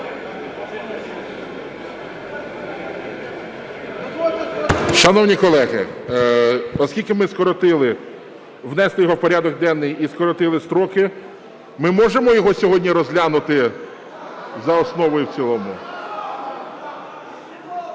Шановні колеги! Оскільки ми скоротили, внесли його в порядок денний і скоротили строки, ми можемо його сьогодні розглянути за основу і в цілому?